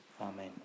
Amen